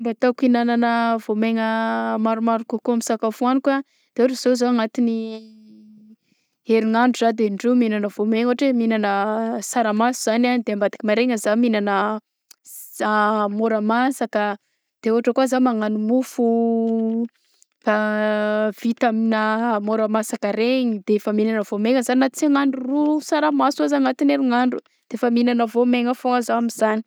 Fomba ataoko ignanana vaomaina maromaro kôkôa amin'ny sakafo hohagniko a de ôhatra zao za agnatin'ny herignandro de in-droa mihignana vaomaigna ôhatra hoe mihignana saramaso zany a de ambadiky maraigna za mihignana s- za raha môra masaka de ôhatra kô zah magnano mofo vita aminà mora masaka regny de fa mihignana voamaigna zagny na sy agnano ro saramaso aza agnaty herinandro de efa mihignana vaomaigna foagna za amizany.